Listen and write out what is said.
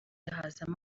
hazamo